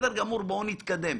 בואו נתקדם".